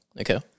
Okay